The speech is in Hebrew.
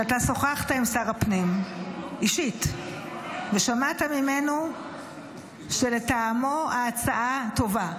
שאתה שוחחת עם שר הפנים אישית ושמעת ממנו שלטעמו ההצעה טובה.